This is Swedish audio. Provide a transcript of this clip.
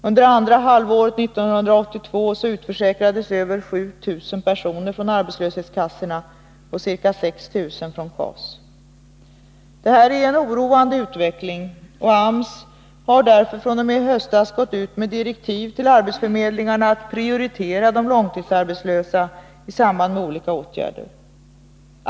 Under andra halvåret 1982 utförsäkrades över 7 000 personer från arbetslöshetskassorna och ca 6 000 från KAS. Det här är en oroande utveckling. AMS har därför fr.o.m. i höstas gått ut med direktiv till arbetsförmedlingarna att i samband med olika åtgärder prioritera de långtidsarbetslösa.